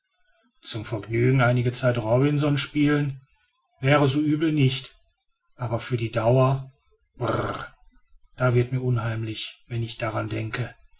zum vergnügen einige zeit robinson spielen wäre so übel nicht aber für die dauer brrr da wird mir unheimlich wenn ich daran denke